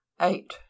eight